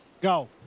go